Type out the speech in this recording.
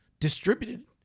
distributed